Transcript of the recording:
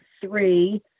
three